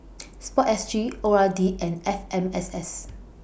Sport S G O R D and F M S S